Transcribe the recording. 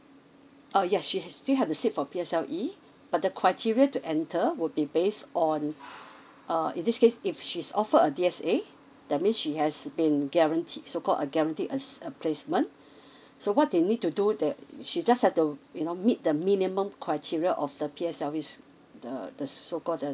uh yes she still have to sit for P S L E but the criteria to enter will be based on uh in this case if she's offer a D S A that means she has been guaranteed so called a guaranteed a placement so what they need to do that she just have to you know meet the minimum criteria of the P S L E the the so called the